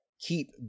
keep